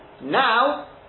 now